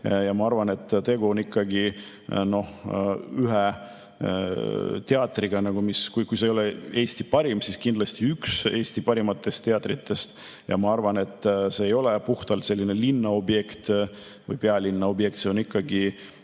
Ma arvan, et tegu on ikkagi ühe teatriga, mis on kui mitte Eesti parim, siis kindlasti üks Eesti parimatest teatritest, ja ma arvan, et see ei ole puhtalt pealinna objekt, vaid see on ikkagi